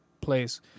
place